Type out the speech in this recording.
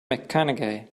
mcconaughey